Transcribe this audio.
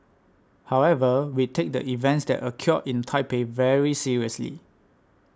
however we take the events that occurred in Taipei very seriously